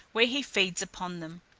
where he feeds upon them.